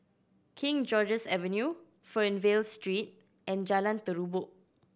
King George's Avenue Fernvale Street and Jalan Terubok